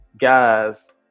Guys